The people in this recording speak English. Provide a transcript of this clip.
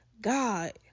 God